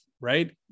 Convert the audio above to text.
right